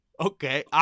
Okay